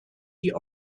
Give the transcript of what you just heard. die